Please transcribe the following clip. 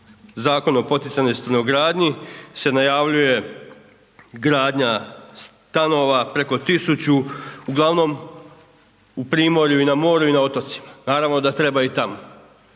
Zakon o poticajnoj stanogradnji se najavljuje gradnja stanova preko tisuću, uglavnom u primorju i na moru i na otocima, naravno da treba i tamo.